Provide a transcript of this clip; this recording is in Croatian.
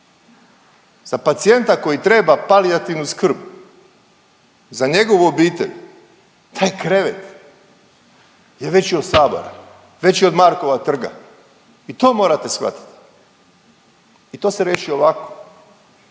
Za pacijenta koji treba palijativnu skrb, za njegovu obitelj taj krevet je veći od Sabora, veći od Markova trga i to morate shvatit i to se riješi ovako,